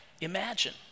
imagine